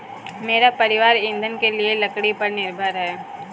मेरा परिवार ईंधन के लिए लकड़ी पर निर्भर है